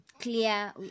clear